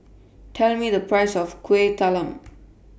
Tell Me The Price of Kueh Talam